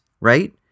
Right